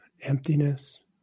emptiness